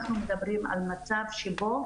אנחנו מדברים על מצב שבו